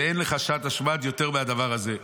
ואין לך שעת השמד יותר מהדבר הזה.